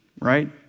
right